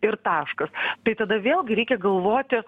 ir taškas tai tada vėlgi reikia galvoti